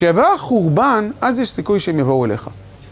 כשיבוא החורבן, אז יש סיכוי שהם יבואו אליך.